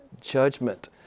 judgment